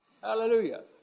Hallelujah